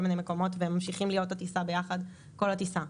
מיני מקומות וממשיכים להיות על טיסה ביחד כל הזמן.